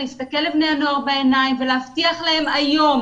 להסתכל לבני הנוער בעיניים ולהבטיח להם היום,